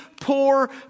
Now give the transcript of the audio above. poor